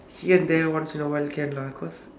here and there once in a while can lah cause